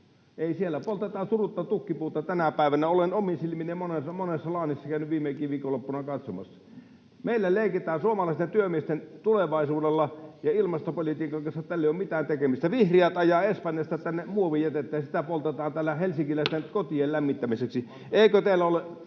loppuvat. Poltetaan surutta tukkipuuta tänä päivänä. Olen omin silmin nähnyt, monessa laanissa käynyt viime viikonloppunakin katsomassa. Meillä leikitään suomalaisten työmiesten tulevaisuudella, ja ilmastopolitiikan kanssa tällä ei ole mitään tekemistä. Vihreät ajavat Espanjasta tänne muovijätettä, ja sitä poltetaan täällä helsinkiläisten kotien lämmittämiseksi. Eikö teillä ole...